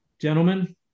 Gentlemen